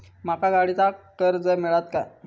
माका गाडीचा कर्ज मिळात काय?